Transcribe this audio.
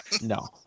No